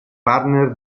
partner